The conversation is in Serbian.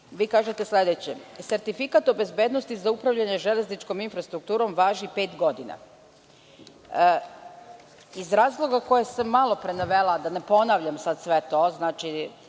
3. kažete sledeće: „Sertifikat o bezbednosti za upravljanje železničkom infrastrukturom važi pet godina“.Iz razloga koje sam malo pre navela, da ne ponavljam sve to, starost